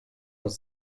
was